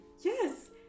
yes